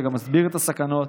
שגם מסביר את הסכנות,